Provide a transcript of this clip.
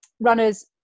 runners